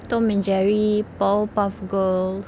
tom and jerry powerpuff girls